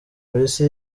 polisi